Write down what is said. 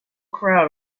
crowd